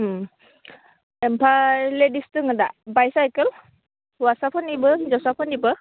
ओमफ्राय लेडिस दोङोदा बाइसाइकेल हौवासाफोरनिबो हिनजावसाफोरनिबो